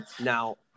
Now